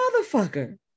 motherfucker